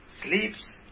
sleeps